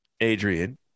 Adrian